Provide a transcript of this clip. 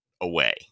away